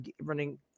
running